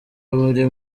buri